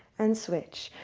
and switch.